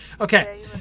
Okay